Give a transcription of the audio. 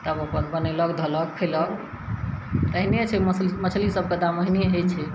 तब अपन बनेलक धोलक खैलक अहिने छै मछली मछली सभकऽ दाम ओहिने हइ छै